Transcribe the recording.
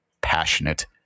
passionate